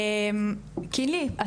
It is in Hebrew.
קינלי,